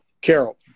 Carol